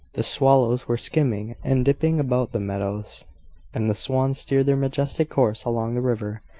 the swallows were skimming and dipping about the meadows and the swans steered their majestic course along the river,